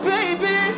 Baby